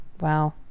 Wow